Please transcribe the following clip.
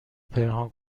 پنهان